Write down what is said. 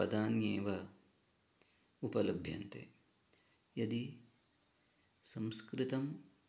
पदान्येव उपलभ्यन्ते यदि संस्कृतम्